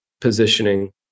positioning